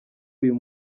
uyu